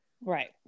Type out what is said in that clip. Right